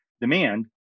demand